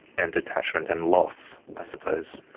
and detachment and loss i suppose.